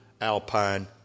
Alpine